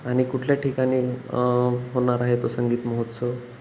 आणि कुठल्या ठिकाणी होणार आहे तो संगीत महोत्सव